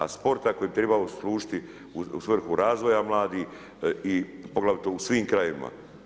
A sporta koji bi trebao služiti u svrhu razvoja mladih, poglavito u svim krajevima.